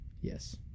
Yes